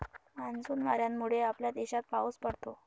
monsoon वाऱ्यांमुळे आपल्या देशात पाऊस पडतो